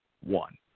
One